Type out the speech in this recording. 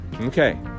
Okay